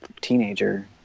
teenager